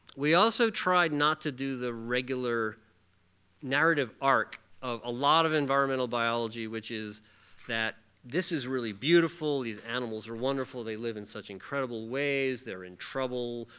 we also tried not to do the regular narrative arc of a lot of environmental biology, which is that this is really beautiful. these animals are wonderful. they live in such incredible ways. they're in trouble.